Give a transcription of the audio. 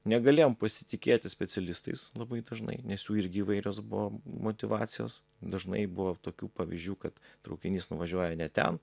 negalėjom pasitikėti specialistais labai dažnai nes jų irgi įvairios buvo motyvacijos dažnai buvo tokių pavyzdžių kad traukinys nuvažiuoja ne ten